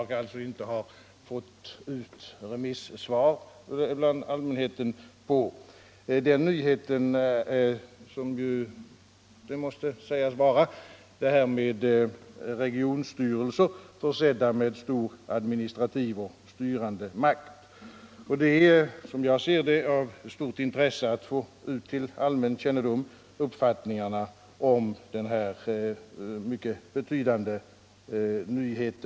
Remissvaren på den nyheten har därför inte nått ut till allmänheten — för en nyhet måste förslaget om regionsstyrelser försedda med stor administrativ och styrande makt sägas vara. Det är som jag ser det av stort intresse att till allmänheten föra ut remissinstansernas uppfattningar om denna mycket betydande nyhet.